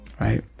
right